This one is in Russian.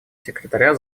секретаря